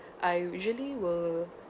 I usually were